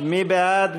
מי בעד?